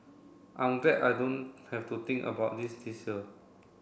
I'm glad I don't have to think about it this year